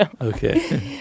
Okay